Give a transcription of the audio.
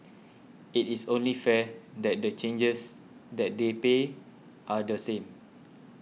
it is only fair that the charges that they pay are the same